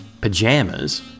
pajamas